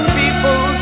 people